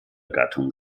gattung